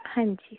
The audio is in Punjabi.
ਹਾਂਜੀ